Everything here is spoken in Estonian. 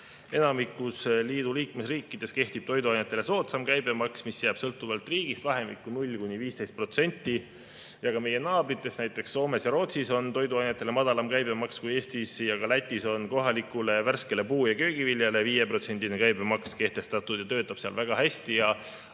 Enamikus liidu liikmesriikides kehtib toiduainetele soodsam käibemaks, mis jääb [olenevalt] riigist vahemikku 0–15%. Ka meie naabritel, näiteks Soomes ja Rootsis, on toiduainetele madalam käibemaks kui Eestis ning ka Lätis on kohalikule värskele puu- ja köögiviljale kehtestatud 5% käibemaks, mis töötab seal väga hästi